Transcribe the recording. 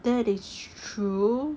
that is true